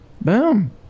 boom